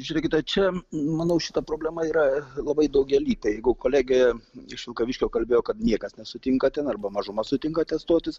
žiūrėkite čia manau šita problema yra labai daugialypė jeigu kolegė iš vilkaviškio kalbėjo kad niekas nesutinka ten arba mažuma sutinka atestuotis